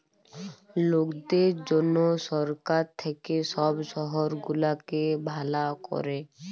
লকদের জনহ সরকার থাক্যে সব শহর গুলাকে ভালা ক্যরে